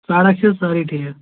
سڑک چھےٚ سٲرٕے ٹھیٖک